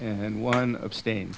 and one abstain